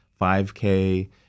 5K